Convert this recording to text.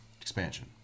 expansion